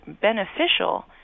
beneficial